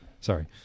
sorry